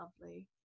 lovely